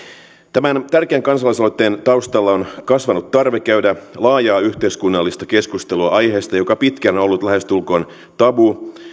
tämän tärkeän kansalaisaloitteen taustalla on kasvanut tarve käydä laajaa yhteiskunnallista keskustelua aiheesta joka pitkään on ollut lähestulkoon tabu